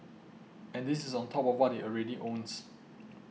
and this is on top of what he already owns